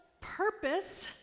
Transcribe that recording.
purpose